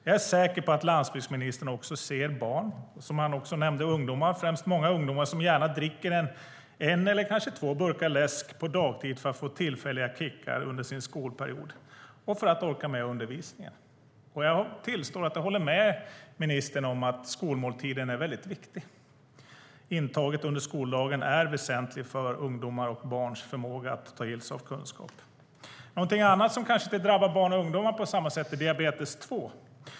Jag är säker på att landsbygdsministern också ser barn - som han nämnde - men främst många ungdomar som gärna dricker en eller kanske två burkar läsk på dagtid för att få tillfälliga kickar under skoltid och för att orka med undervisningen. Jag tillstår att jag håller med ministern om att skolmåltiden är väldigt viktig. Intaget under skoldagen är väsentligt för ungdomars och barns förmåga att ta till sig kunskap. Något annat som kanske inte drabbar barn och ungdomar på samma sätt är diabetes 2.